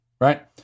right